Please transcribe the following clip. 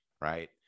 right